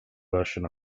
version